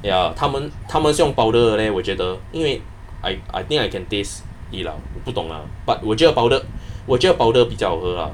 ya 他们他们是用 powder 的 leh 我觉得因为 I I think I can taste it lah 我不懂 lah but 我觉的 powder 我觉的 powder 比较好喝 lah